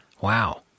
Wow